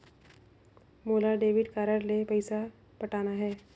मोला debit card ले पइसा पटाना हे?